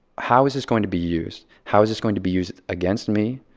how is this going to be used? how is this going to be used against me?